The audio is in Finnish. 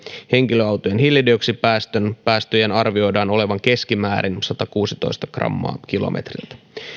henkilöautojen hiilidioksidipäästöjen arvioidaan olevan keskimäärin satakuusitoista grammaa kilometriltä